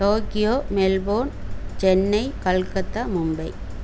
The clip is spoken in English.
Tokyo Melbourne Chennai calcutta Mumbai